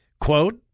quote